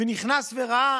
ונכנס וראה